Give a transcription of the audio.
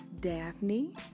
Daphne